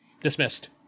Dismissed